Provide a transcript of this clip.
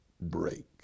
break